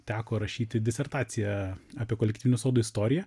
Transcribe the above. teko rašyti disertaciją apie kolektyvinių sodų istoriją